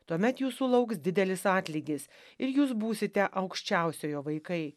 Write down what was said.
tuomet jūsų lauks didelis atlygis ir jūs būsite aukščiausiojo vaikai